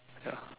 ya